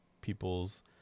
people's